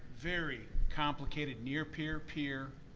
very complicated, near-peer, peer